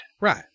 Right